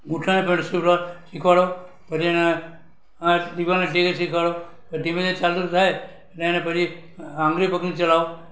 ઘૂંટણે પર સુવડાવો શીખવાડો પછી એને આ દિવાલના ટેકે શીખવાડો એ ધીમે ચાલતો થાય તો એને પછી આંગળી પકડીને ચલાવો